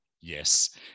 Yes